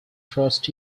trust